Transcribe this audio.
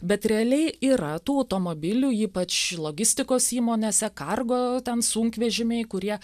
bet realiai yra tų automobilių ypač logistikos įmonėse kargo ten sunkvežimiai kurie